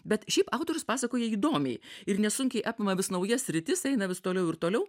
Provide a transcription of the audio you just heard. bet šiaip autorius pasakoja įdomiai ir nesunkiai apima vis naujas sritis eina vis toliau ir toliau